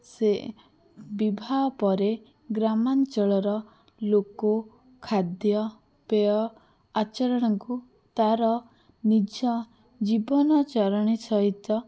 ସେ ବିବାହ ପରେ ଗ୍ରାମାଞ୍ଚଳର ଲୋକ ଖାଦ୍ୟପେୟ ଆଚରଣକୁ ତା'ର ନିଜ ଜୀବନ ଚଳଣି ସହିତ